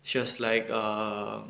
she was like uh